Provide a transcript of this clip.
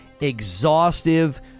exhaustive